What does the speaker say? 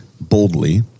boldly